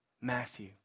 Matthew